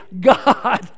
God